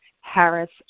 Harris